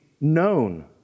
known